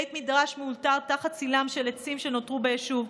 בבית מדרש מאולתר תחת צילם של העצים שנותרו ביישוב.